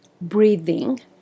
breathing